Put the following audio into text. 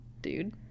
dude